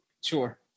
Sure